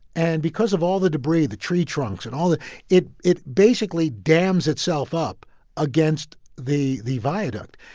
and because of all the debris the tree trunks and all the it it basically damns itself up against the the viaduct.